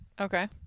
Okay